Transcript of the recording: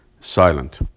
silent